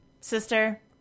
Sister